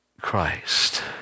Christ